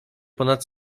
ponad